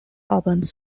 albans